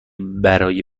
برای